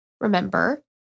Remember